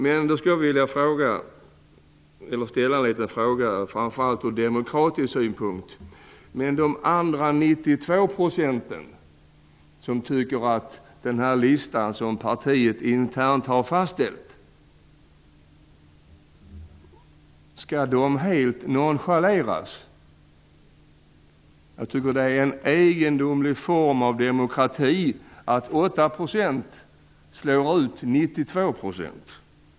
Jag måste ställa en fråga framför allt ur demokratisk synpunkt: Men skall de 92 % av väljarna, som tycker att den lista som partiet internt har fastställt är i ordning, helt nonchaleras? Jag tycker att det är en egendomlig form av demokrati att 8 % slår ut 92 %.